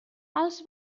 els